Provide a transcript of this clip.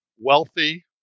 wealthy